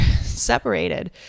separated